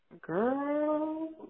Girl